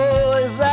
Boys